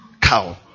cow